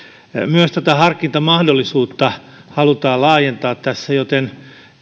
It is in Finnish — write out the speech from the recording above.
myös harkintamahdollisuutta halutaan laajentaa joten